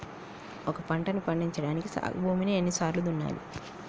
ఒక పంటని పండించడానికి సాగు భూమిని ఎన్ని సార్లు దున్నాలి?